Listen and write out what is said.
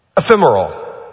ephemeral